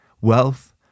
Wealth